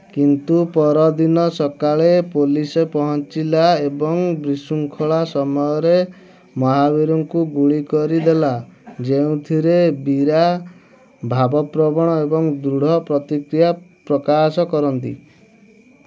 କିନ୍ତୁ ପରଦିନ ସକାଳେ ପୋଲିସ୍ ପହଞ୍ଚିଲା ଏବଂ ବିଶୃଙ୍ଖଳା ସମୟରେ ମହାବୀରଙ୍କୁ ଗୁଳି କରି ଦେଲା ଯେଉଁଥିରେ ବୀରା ଭାବପ୍ରବଣ ଏବଂ ଦୃଢ ପ୍ରତିକ୍ରିୟା ପ୍ରକାଶ କରନ୍ତି